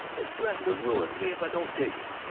and threatening to ruin me if i don't take it!